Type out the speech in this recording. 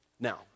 Now